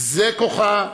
זה כוחה,